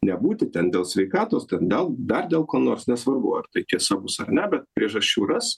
nebūti ten dėl sveikatos ten dal dar dėl ko nors nesvarbu ar tai tiesa bus ar ne bet priežasčių ras